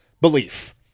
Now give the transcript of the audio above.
belief